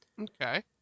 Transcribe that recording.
Okay